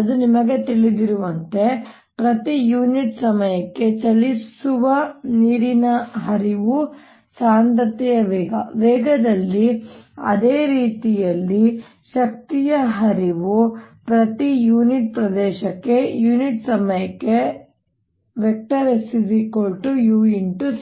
ಅದು ನಿಮಗೆ ತಿಳಿದಿರುವಂತೆ ಪ್ರತಿ ಯುನಿಟ್ ಸಮಯಕ್ಕೆ ಚಲಿಸುವ ನೀರಿನ ಹರಿವು ಸಾಂದ್ರತೆಯ ವೇಗ ವೇಗದಲ್ಲಿ ಅದೇ ರೀತಿಯಲ್ಲಿ ಶಕ್ತಿಯ ಹರಿವು ಪ್ರತಿ ಯೂನಿಟ್ ಪ್ರದೇಶಕ್ಕೆ ಯುನಿಟ್ ಸಮಯಕ್ಕೆ Su c